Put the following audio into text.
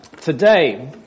today